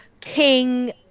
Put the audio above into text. King